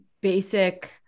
basic